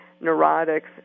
neurotics